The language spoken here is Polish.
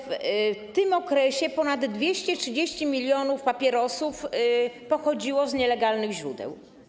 W tym okresie ponad 230 mln papierosów pochodziło z nielegalnych źródeł.